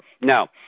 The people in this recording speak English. Now